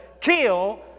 kill